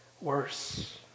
worse